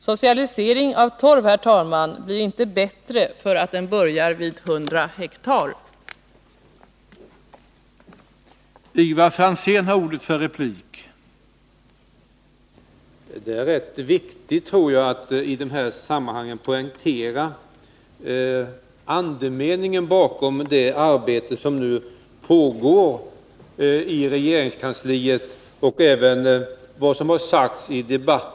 Socialisering av torv blir inte bättre för att den börjar vid 100 hektar, herr talman!